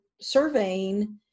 surveying